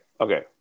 okay